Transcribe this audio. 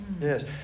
Yes